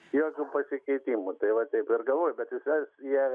jokių pasikeitimų tai va taip ir galvoju bet vis dar jie